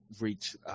reach